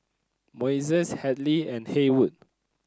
Moises Hadley and Haywood